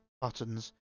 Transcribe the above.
buttons